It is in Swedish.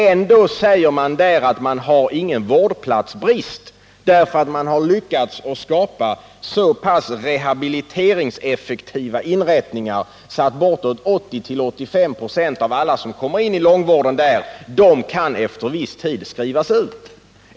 Ändå säger man där att man inte har någon vårdplatsbrist, eftersom man har lyckats skapa så pass rehabiliteringseffektiva inrättningar att 80-85 96 av alla som kommerin i långvården efter viss tid kan skrivas ut.